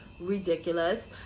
ridiculous